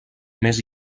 més